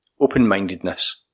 Open-mindedness